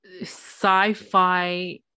sci-fi